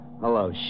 hello